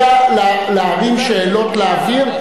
אלא להרים שאלות לאוויר,